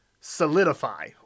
solidify